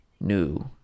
new